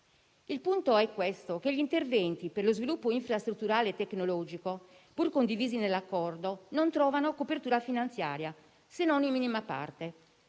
Il punto è il seguente: gli interventi per lo sviluppo infrastrutturale e tecnologico, pur condivisi nell'accordo, non trovano copertura finanziaria, se non in minima parte.